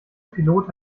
pilot